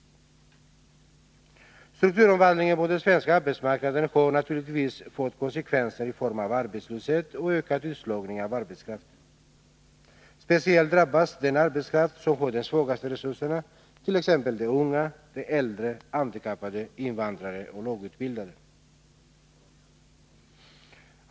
Strukturomvandlingen på den svenska arbetsmarknaden har naturligtvis fått konsekvenser i form av arbetslöshet och ökad utslagning av arbetskraft. Speciellt drabbas den arbetskraft som har de svagaste resurserna, t.ex. de unga, de äldre, handikappade, invandrare och lågutbildade.